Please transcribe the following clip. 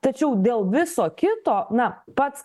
tačiau dėl viso kito na pats